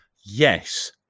Yes